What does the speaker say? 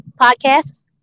podcasts